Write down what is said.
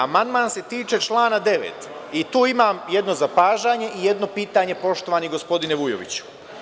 Amandman se tiče člana 9. Tu imam jedno zapažanje i jedno pitanje, poštovani gospodine Vujoviću.